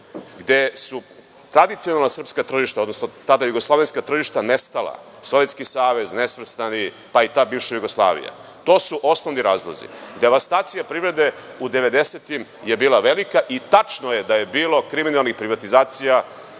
gde su tradicionalna srpska tržišta, odnosno tada jugoslovenska tržišta nestala, Sovjetski Savez, nesvrstani, pa i ta bivša Jugoslavija. To su osnovni razlozi. Devastacija privrede u 90-im godinama je bila velika i tačno je da je bilo kriminalnih privatizacija